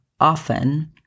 often